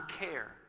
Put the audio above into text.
care